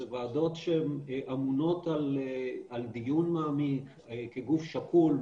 אלה ועדות שאמונות על דיון מעמיק כגוף שקול,